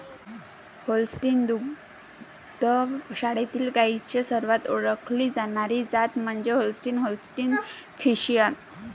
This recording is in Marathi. होल्स्टीन दुग्ध शाळेतील गायींची सर्वात ओळखली जाणारी जात म्हणजे होल्स्टीन होल्स्टीन फ्रिशियन